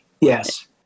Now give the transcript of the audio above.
yes